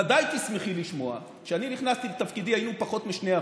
ודאי תשמחי לשמוע שכשאני נכנסתי לתפקידי היו פחות מ-2%,